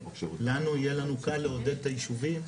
יהיה לנו קל לעודד את הישובים.